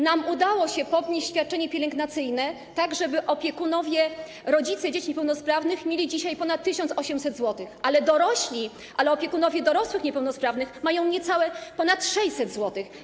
Nam udało się podnieść świadczenie pielęgnacyjne, tak żeby opiekunowie, rodzice dzieci niepełnosprawnych mieli dzisiaj ponad 1800 zł, ale opiekunowie dorosłych niepełnosprawnych mają niecałe, ponad 600 zł.